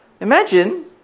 Imagine